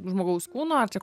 žmogaus kūno ar čia